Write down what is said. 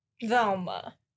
Velma